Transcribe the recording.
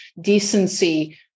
decency